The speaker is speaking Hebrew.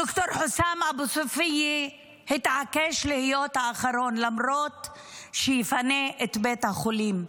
ד"ר חוסאם אבו ספיה התעקש להיות האחרון שיפונה מבית החולים,